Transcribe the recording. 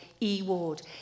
E-ward